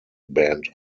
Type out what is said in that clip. band